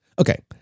Okay